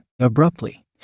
Abruptly